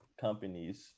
companies